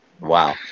Wow